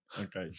Okay